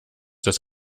das